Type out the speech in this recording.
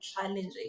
challenging